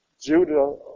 Judah